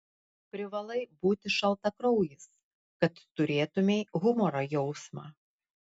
privalai būti šaltakraujis kad turėtumei humoro jausmą